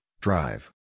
drive